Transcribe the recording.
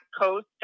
Coast